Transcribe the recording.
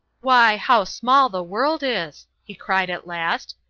why, how small the world is! he cried at last.